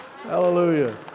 Hallelujah